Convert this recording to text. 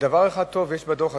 דבר אחד טוב יש בדוח הזה,